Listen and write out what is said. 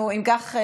אם כך,